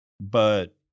but-